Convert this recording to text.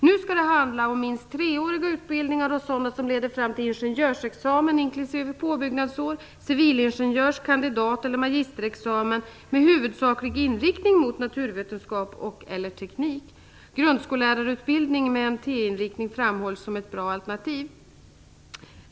Det skall nu handla om minst treåriga utbildningar och sådana som leder fram till ingenjörsexamen inklusive påbyggnadsår, civilingenjörs-, kandidat eller magisterexamen med huvudsaklig inriktning mot naturvetenskap och T-inriktning framhålls som ett bra alternativ.